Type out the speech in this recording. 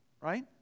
right